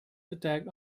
attack